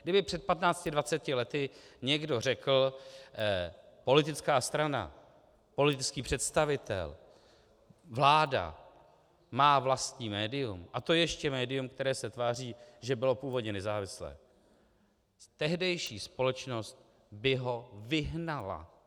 Kdyby před 15, 20 lety někdo řekl: politická strana, politický představitel, vláda má vlastní médium, a to ještě médium, které se tváří, že bylo původně nezávislé tehdejší společnost by ho vyhnala.